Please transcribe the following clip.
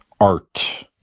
art